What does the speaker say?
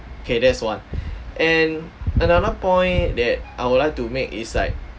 okay that's one and another point that I would like to make is like